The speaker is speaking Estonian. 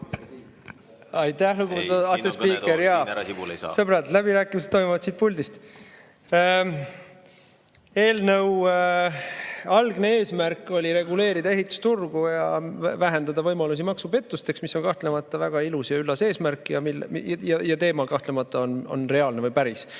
Sibul, ei saa ... Sõbrad, läbirääkimised toimuvad siit puldist. Eelnõu algne eesmärk oli reguleerida ehitusturgu ja vähendada võimalusi maksupettusteks. See on kahtlemata väga ilus ja üllas eesmärk ning teema on kahtlemata reaalne, päris,